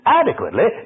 adequately